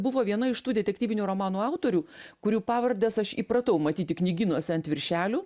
buvo viena iš tų detektyvinių romanų autorių kurių pavardes aš įpratau matyti knygynuose ant viršelių